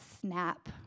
snap